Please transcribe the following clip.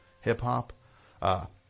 hip-hop